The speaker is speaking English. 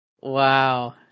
wow